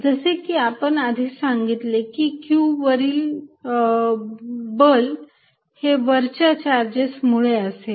जसे की आपण आधी सांगितले होते की q वरील पण हे वरच्या चार्जेस मुळे असेल